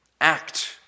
Act